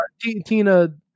Tina